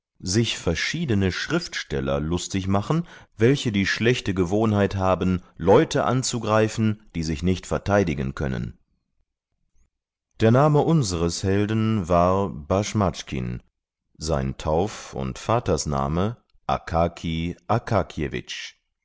sich verschiedene schriftsteller lustig machen welche die schlechte gewohnheit haben leute anzugreifen die sich nicht verteidigen können der name unseres helden war baschmatschkin sein tauf und vatersname